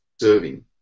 serving